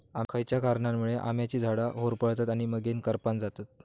खयच्या कारणांमुळे आम्याची झाडा होरपळतत आणि मगेन करपान जातत?